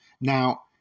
Now